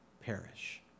perish